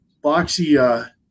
Boxy